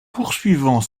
poursuivant